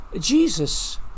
Jesus